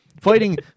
fighting